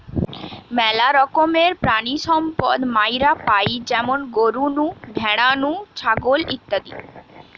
মেলা রকমের প্রাণিসম্পদ মাইরা পাই যেমন গরু নু, ভ্যাড়া নু, ছাগল ইত্যাদি